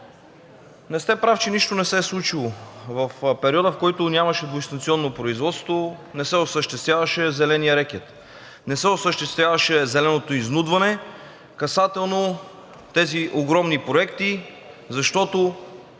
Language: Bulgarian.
не сте прав, че нищо не се е случило в периода, в който нямаше двуинстанционно производство – не се осъществяваше зеленият рекет, не се осъществяваше зеленото изнудване, касателно тези огромни проекти, защото…